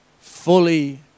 fully